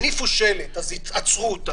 הניפו שלט, אז עצרו אותם.